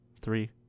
three